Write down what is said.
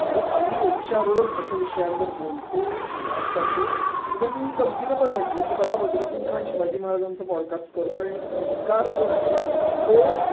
आणि आम्ही रोजच्यारोज अशा विषयांवर बोलतो संवाद साधतो म्हणजे आम्ही मी गमतीनं पण म्हटलं की बघा बदृद्दीन खान शिवाजी महाराजांचा पॉडकास्ट करतो आहे आणि ओंकार जो आहे तो